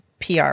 PR